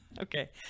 Okay